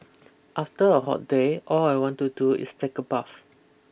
after a hot day all I want to do is take a bath